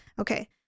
Okay